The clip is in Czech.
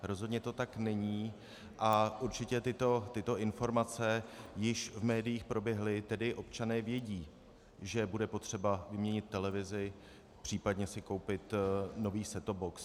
Rozhodně to tak není a určitě tyto informace již v médiích proběhly, tedy občané vědí, že bude potřeba vyměnit televizi, případně si koupit nový settop box.